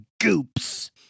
goops